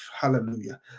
Hallelujah